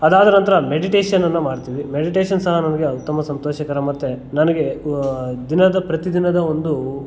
ಅದಾದ ನಂತರ ಮೆಡಿಟೇಷನನ್ನು ಮಾಡ್ತೀವಿ ಮೆಡಿಟೇಷನ್ ಸಹ ನಮಗೆ ಉತ್ತಮ ಸಂತೋಷಕರ ಮತ್ತೆ ನನಗೆ ದಿನದ ಪ್ರತಿದಿನದ ಒಂದು